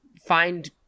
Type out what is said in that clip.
find